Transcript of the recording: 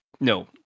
No